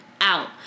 out